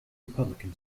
republican